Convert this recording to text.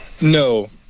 no